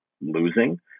losing